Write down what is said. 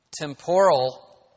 temporal